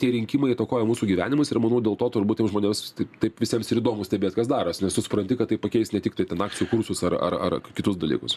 tie rinkimai įtakoja mūsų gyvenimus ir manau dėl to turbūt tiem žmonėms taip taip visiems ir įdomu stebėt kas darosi nes tu supranti kad tai pakeis ne tiktai ten akcijų kursus ar ar ar kitus dalykus